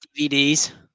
DVDs